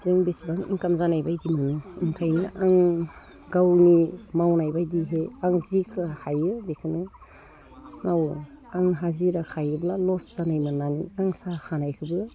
जों बिसिबां इन्काम जानायबायदि मोनो ओंखायनो आं गावनि मावनायबायदिहै आं जिखो हायो बेखोनो मावो आं हाजिरा खायोब्ला लस जानाय मोननानै आं साहा खानायखोबो